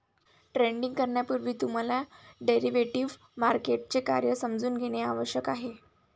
trading करण्यापूर्वी तुम्हाला derivative मार्केटचे कार्य समजून घेणे आवश्यक आहे